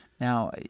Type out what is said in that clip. Now